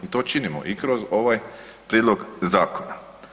I to činimo i kroz ovaj prijedlog zakona.